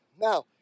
Now